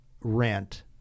rent